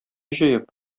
җыеп